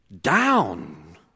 down